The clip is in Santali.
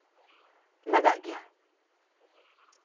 ᱞᱟᱜᱟᱜ ᱜᱮᱭᱟ